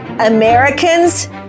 Americans